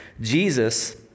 Jesus